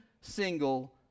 single